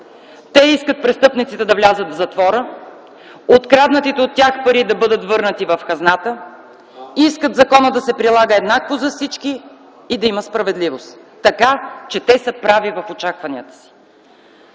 Те искат престъпниците да влязат в затвора, откраднатите от тях пари да бъдат върнати в хазната, искат законът да се прилага еднакво за всички и да има справедливост. Така че те са прави в очакванията си.